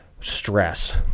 stress